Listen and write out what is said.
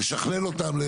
לשכלל אותם,